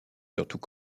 surtout